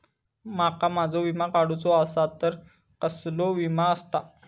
माका माझो विमा काडुचो असा तर कसलो विमा आस्ता?